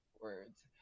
Words